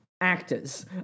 actors